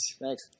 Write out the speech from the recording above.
Thanks